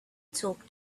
talk